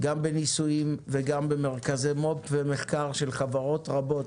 גם בניסויים וגם במרכזי מו"פ ומחקר של חברות רבות